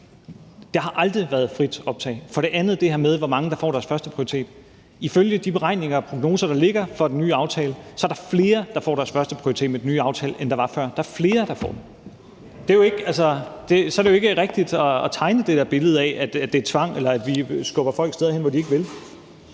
Der har aldrig været frit optag. For det andet var der det her med, hvor mange der får imødekommet deres første prioritet: Ifølge de beregninger og prognoser, der ligger for den nye aftale, er der flere, der får imødekommet deres førsteprioritet med den nye aftale, end der var før – der er flere, der får imødekommet den. Så er det jo ikke rigtigt at tegne det der billede af, at det er tvang, eller at vi skubber folk steder hen, hvor de ikke vil